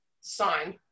sign